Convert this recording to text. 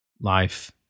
life